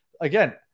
Again